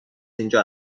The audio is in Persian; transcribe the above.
اینجا